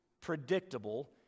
predictable